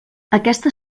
aquesta